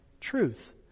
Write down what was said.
truth